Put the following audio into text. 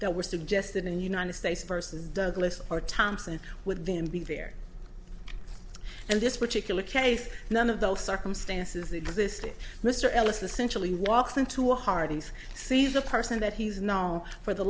that were suggested in united states versus douglas or thompson with him being there and this particular case none of those circumstances existed mr ellis essential he walks into a hardee's sees a person that he's now for the